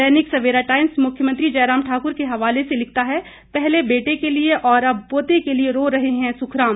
दैनिक Savera Times मुख्यमंत्री जयराम ठाकुर के हवाले से लिखता है पहले बेटे के लिए और अब पोते के लिए रो रहे है सुखराम